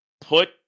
put